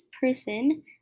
person